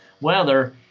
weather